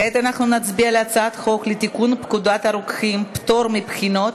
כעת אנחנו נצביע על הצעת חוק לתיקון פקודת הרוקחים (פטור מבחינות),